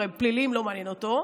הרי פליליים לא מעניינים אותו,